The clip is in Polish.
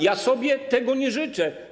Ja sobie tego nie życzę.